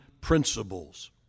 principles